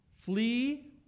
Flee